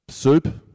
Soup